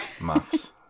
Maths